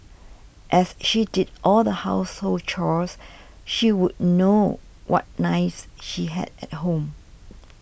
as she did all the household chores she would know what knives he had at home